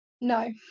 No